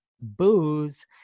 booze